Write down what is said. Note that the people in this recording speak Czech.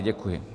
Děkuji.